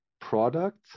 product